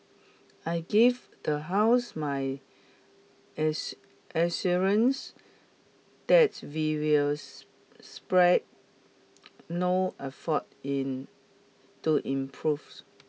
I give the House my assurance that we will spare no effort in to improves